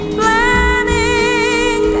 planning